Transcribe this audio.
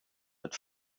but